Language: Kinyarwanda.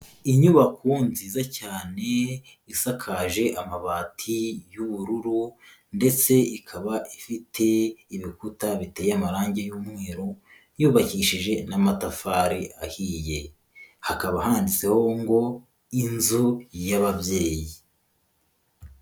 Inyubako nziza cyane isakaje amabati y'ubururu ndetse ikaba ifite ibikuta biteye amarange y'umweru yubakishije n'amatafari ahiye, hakaba handitseho ngo "Inzu y'ababyeyi".